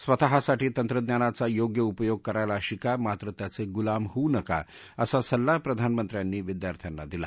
स्वतःसाठी तंत्रज्ञानाचा योग्य उपयोग करायला शिका मात्र त्याचे गुलाम होऊ नका असा सल्ला प्रधानमंत्र्यांनी विद्यार्थ्यांना दिला